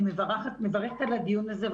אני מברכת על הדיון הזה,